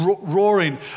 roaring